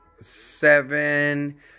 seven